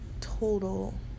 total